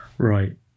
right